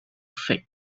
fate